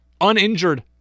uninjured